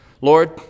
Lord